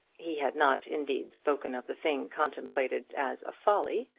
he had not, indeed, spoken of the thing contemplated as a folly,